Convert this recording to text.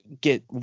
get